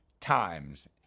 times